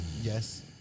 Yes